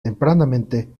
tempranamente